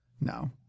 No